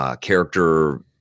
character